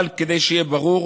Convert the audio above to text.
אבל כדי שיהיה ברור,